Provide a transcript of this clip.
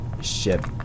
ship